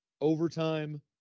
overtime